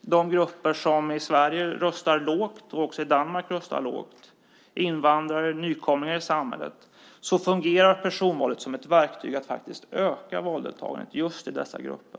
de grupper som i Danmark, liksom i Sverige, har ett lågt valdeltagande - invandrare, nykomlingar i samhället - fungerar som ett verktyg för att öka valdeltagandet i dessa grupper.